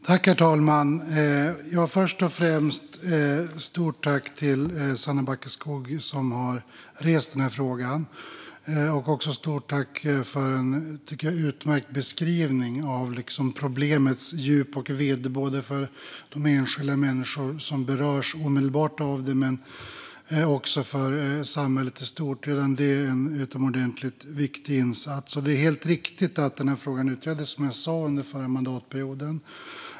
Herr talman! Först och främst vill jag rikta ett stort tack till Sanna Backeskog, som har rest frågan. Stort tack även för en utmärkt beskrivning av problemets djup och vidd för de enskilda människor som berörs omedelbart men också för samhället i stort. Redan det är en utomordentligt viktig insats. Det är helt riktigt att frågan utreddes under förra mandatperioden.